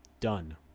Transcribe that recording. Done